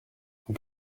ubwo